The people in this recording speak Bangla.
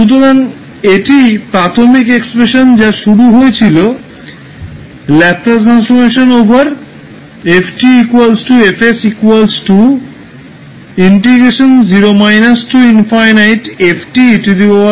সুতরাং এটিই প্রাথমিক এক্সপ্রেশান যা শুরু হয়েছিল ℒ𝑓𝑡𝐹𝑠 থেকে